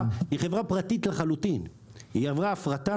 מאה אחוז.